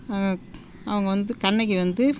அவங்க வந்து கண்ணகி வந்து